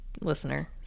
listener